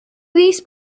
these